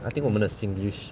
I think 我们的 singlish